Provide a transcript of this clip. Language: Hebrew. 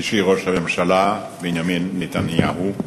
אישי ראש הממשלה בנימין נתניהו,